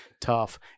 Tough